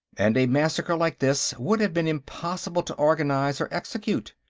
and a massacre like this would have been impossible to organize or execute.